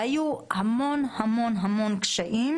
היו המון המון המון קשיים,